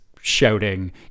shouting